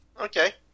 Okay